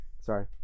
Sorry